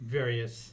various